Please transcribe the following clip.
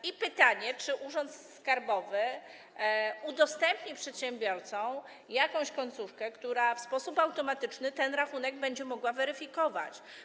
I pytanie, czy urząd skarbowy udostępni przedsiębiorcom jakąś końcówkę, która w sposób automatyczny ten rachunek będzie mogła weryfikować.